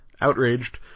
outraged